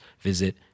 visit